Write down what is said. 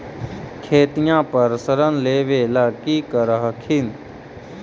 खेतिया पर ऋण लेबे ला की कर हखिन?